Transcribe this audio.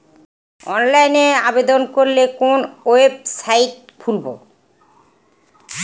অনলাইনে আবেদন করলে কোন ওয়েবসাইট খুলব?